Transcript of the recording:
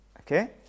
Okay